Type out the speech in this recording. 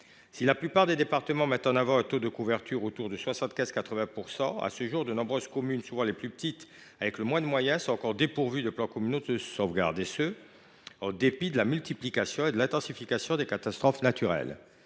Si la plupart des départements mettent en avant un taux de couverture autour de 75 % ou de 80 %, de nombreuses communes, souvent les plus petites, qui disposent de moins de moyens, sont encore dépourvues de plans communaux de sauvegarde (PCS), et ce en dépit de la multiplication et de l’intensification des catastrophes naturelles.